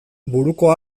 buruko